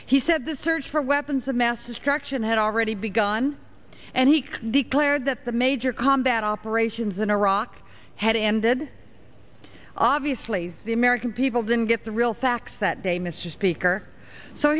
he said the search for weapons of mass destruction had already begun and he could declare that the major combat operations in iraq had ended obviously the american people didn't get the real facts that day mr speaker so